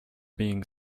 being